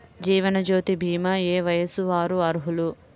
జీవనజ్యోతి భీమా ఏ వయస్సు వారు అర్హులు?